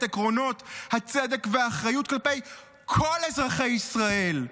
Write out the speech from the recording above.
עקרונות הצדק והאחריות כלפי כל אזרחי ישראל,